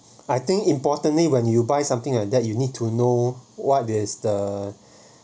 I think importantly when you buy something like that you need to know what is the